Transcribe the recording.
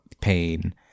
pain